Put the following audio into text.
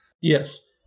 yes